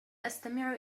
أستمع